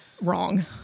wrong